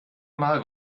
mal